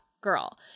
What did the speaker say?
girl